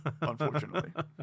unfortunately